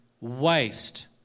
waste